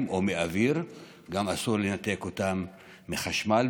או מאוויר גם אסור לנתק אותם מחשמל,